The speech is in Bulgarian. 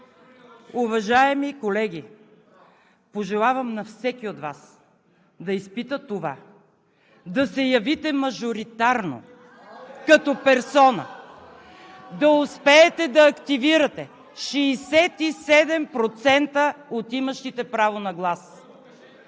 Уважаеми колеги, пожелавам на всеки от Вас да изпита това – да се явите мажоритарно като персона, да успеете да активирате 67% от имащите право на глас.